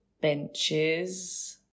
Benches